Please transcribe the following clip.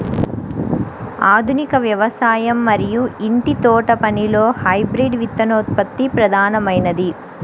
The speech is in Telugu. ఆధునిక వ్యవసాయం మరియు ఇంటి తోటపనిలో హైబ్రిడ్ విత్తనోత్పత్తి ప్రధానమైనది